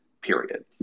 period